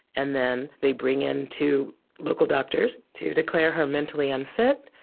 and then they bring in two local doctors to declare her mentally unfit,